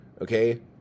okay